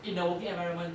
in the working environment